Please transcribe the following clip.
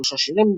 3 שירים,